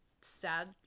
sad